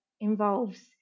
involves